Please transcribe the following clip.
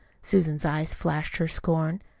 susan's eyes flashed her scorn.